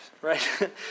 right